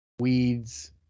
weeds